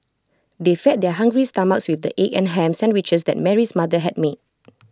they fed their hungry stomachs with the egg and Ham Sandwiches that Mary's mother had made